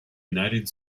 united